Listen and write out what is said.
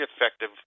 effective